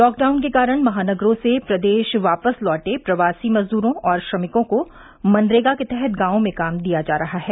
lockdown के कारण महानगरों से प्रदेश वापस लौटे प्रवासी मजदूरों और श्रमिकों को मनरेगा के तहत गांवों में काम दिया जा रहा है